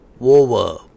over